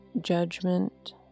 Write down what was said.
judgment